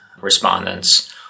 respondents